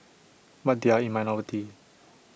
but they are in minority